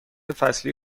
فصلی